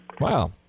Wow